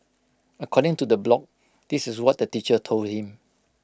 according to the blog this is what the teacher told him